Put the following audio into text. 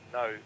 no